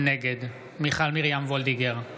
נגד מיכל מרים וולדיגר,